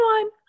one